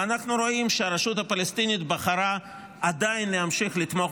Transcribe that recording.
ואנחנו רואים שהרשות הפלסטינית בחרה עדיין להמשיך לתמוך